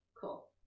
cool